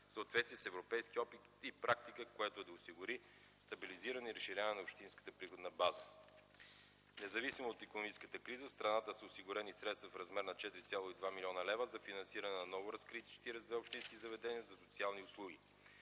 съответствие с европейския опит и практика, което да осигури стабилизиране и разширяване на общинската приходна база. Независимо от икономическата криза в страната са осигурени средства в размер на 4,2 млн. лв. за финансиране на новоразкрити 42 общински заведения за социални услуги.